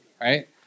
right